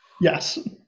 yes